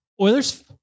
Oilers